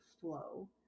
flow